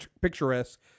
picturesque